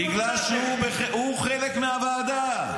בגלל שהוא חלק מהוועדה.